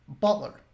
Butler